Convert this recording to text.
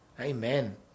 Amen